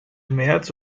märz